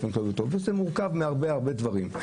וזה מורכב מהרבה מאוד דברים.